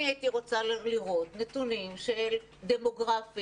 הייתי רוצה לראות נתונים דמוגרפיים